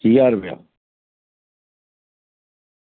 छे ज्हार रपेआ